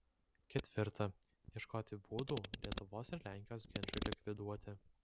ketvirta ieškoti būdų lietuvos ir lenkijos ginčui likviduoti